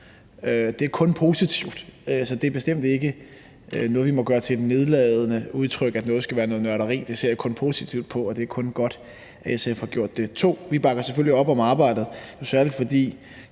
Det er kun positivt, så det er bestemt ikke noget, vi må gøre til et nedladende udtryk. At noget skulle være noget nørderi, ser jeg kun positivt på, og det er kun godt, at SF har gjort det. For det andet bakker vi selvfølgelig op om arbejdet, og det gør